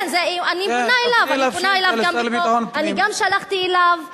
כן, אני פונה אליו, אני גם שלחתי אליו מכתבים,